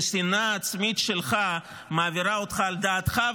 שהשנאה העצמית שלך מעבירה אותך על דעתך,